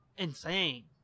insane